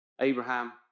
Abraham